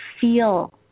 feel